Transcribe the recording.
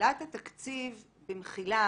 שלשאלת התקציב, במחילה,